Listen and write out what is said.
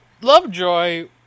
Lovejoy